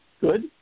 Good